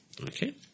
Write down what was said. Okay